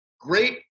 great